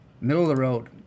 middle-of-the-road